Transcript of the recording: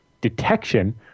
detection